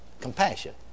Compassion